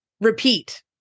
repeat